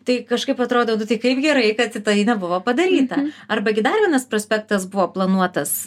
tai kažkaip atrodo nu tai kaip gerai kad tai nebuvo padaryta arba gi dar vienas prospektas buvo planuotas